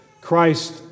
Christ